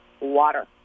water